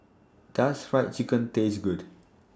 Does Fried Chicken Taste Good